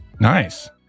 Nice